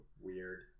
weird